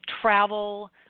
travel